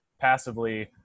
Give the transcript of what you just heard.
passively